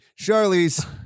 Charlize